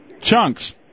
Chunks